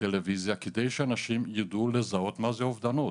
בטלוויזיה כדי שאנשים יידעו לזהות מה זה אובדנות,